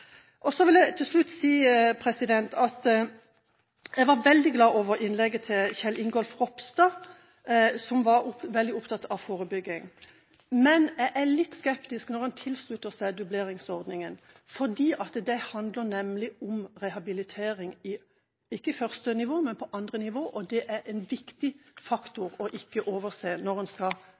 Så vil jeg til slutt si at jeg ble veldig glad for innlegget til Kjell Ingolf Ropstad, som var veldig opptatt av forebygging. Men jeg er litt skeptisk når han slutter seg til dubleringsordningen, for det handler nemlig om rehabilitering på, ikke første, men andre nivå. Det er en viktig faktor en ikke må overse når en skal